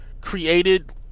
created